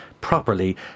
properly